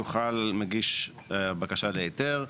יוכל מגיש הבקשה להיתר,